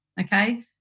Okay